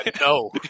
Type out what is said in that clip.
no